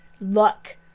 Luck